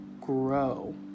grow